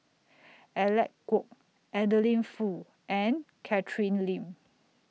Alec Kuok Adeline Foo and Catherine Lim